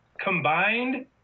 combined